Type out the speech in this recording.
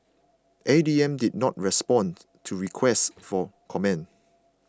A D M did not respond to requests for comment